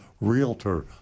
Realtor